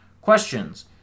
questions